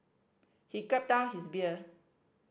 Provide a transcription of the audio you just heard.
he gulped down his beer